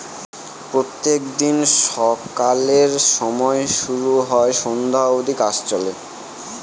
প্রত্যেক দিন সকালের সময় শুরু হয় সন্ধ্যা অব্দি কাজ চলে